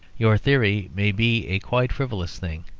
your theory may be a quite frivolous thing.